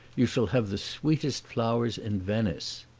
you shall have the sweetest flowers in venice.